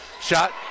Shot